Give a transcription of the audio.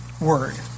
word